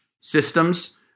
systems